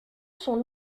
son